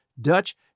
Dutch